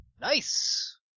Nice